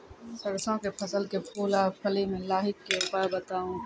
सरसों के फसल के फूल आ फली मे लाहीक के उपाय बताऊ?